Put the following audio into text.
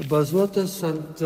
bazuotas ant